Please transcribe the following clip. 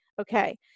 Okay